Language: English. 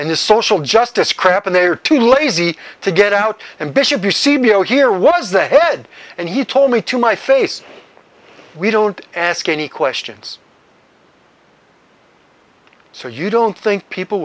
and this social justice crap and they are too lazy to get out and bishop eusebio here was the head and he told me to my face we don't ask any questions so you don't think people